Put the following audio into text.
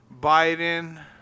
biden